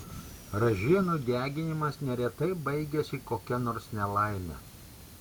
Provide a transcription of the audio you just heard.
ražienų deginimas neretai baigiasi kokia nors nelaime